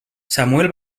samuel